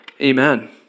Amen